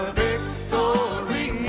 victory